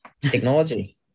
Technology